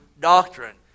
doctrine